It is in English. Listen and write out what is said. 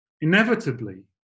Inevitably